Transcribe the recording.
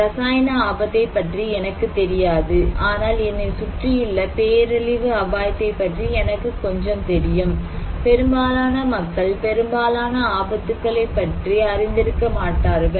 இரசாயன அபாயத்தைப் பற்றி எனக்குத் தெரியாது ஆனால் என்னைச் சுற்றியுள்ள பேரழிவு அபாயத்தைப் பற்றி எனக்கு கொஞ்சம் தெரியும் பெரும்பாலான மக்கள் பெரும்பாலான ஆபத்துகளைப் பற்றி அறிந்திருக்க மாட்டார்கள்